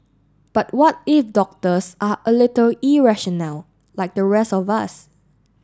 but what if doctors are a little irrational like the rest of us